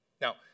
Now